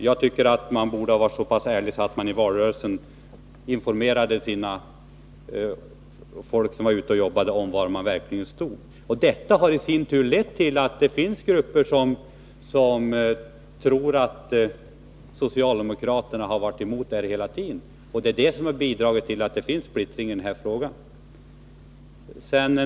Jag tycker att man borde ha varit så pass ärlig att man hade informerat sitt folk som var ute och jobbade i valrörelsen om var man verkligen stod. Detta har i sin tur lett till att det finns grupper som tror att socialdemokraterna har varit emot detta hela tiden, och det har bidragit till att det har blivit splittring i denna fråga.